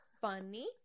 funny